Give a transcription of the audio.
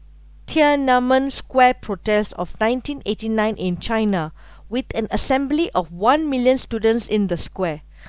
Tienanmen square protests of nineteen eighty nine in china with an assembly of one million students in the square